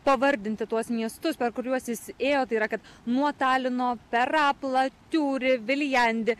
pavardinti tuos miestus per kuriuos jis ėjo tai yra kad nuo talino per raplą tiūrį viljandį